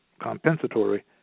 compensatory